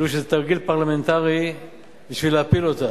תרגיל פרלמנטרי בשביל להפיל אותה.